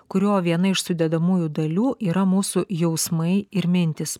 kurio viena iš sudedamųjų dalių yra mūsų jausmai ir mintys